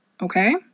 Okay